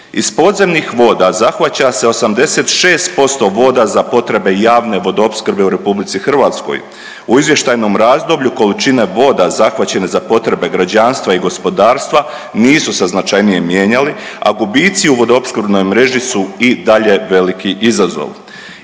Iz podzemnih voda zahvaća se 86% voda za potrebe javne vodoopskrbe u Republici Hrvatskoj. U izvještajnom razdoblju količine voda zahvaćene za potrebe građanstva i gospodarstva nisu se značajnije mijenjali, a gubici u vodoopskrbnoj mreži su i dalje veliki izazov.